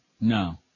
No